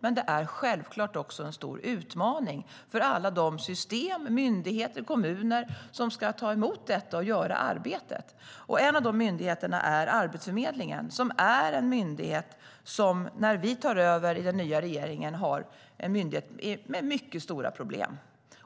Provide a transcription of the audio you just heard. Men det är självklart också en stor utmaning för alla de system, myndigheter och kommuner som ska ta emot de nyanlända och göra arbetet. En av de myndigheterna är Arbetsförmedlingen, som är en myndighet som, när den nya regeringen nu tar över, har mycket stora problem